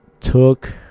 took